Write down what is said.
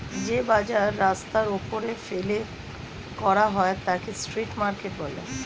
যে বাজার রাস্তার ওপরে ফেলে করা হয় তাকে স্ট্রিট মার্কেট বলে